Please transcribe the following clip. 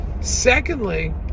Secondly